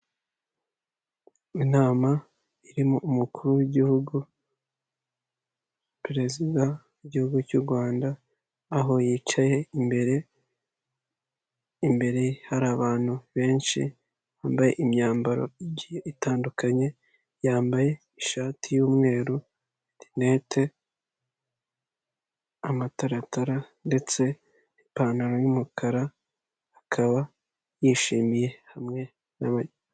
Inama irimo umukuru w'igihugu, perezida w'igihugu cy'u Rwanda aho yicaye imbere, imbere hari abantu benshi bambaye imyambaro igiye itandukanye. Yambaye ishati y'umweru, linete, amataratara ndetse ipantaro y'umukara, akaba yishimiye hamwe...